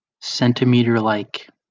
centimeter-like